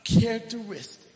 Characteristic